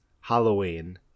halloween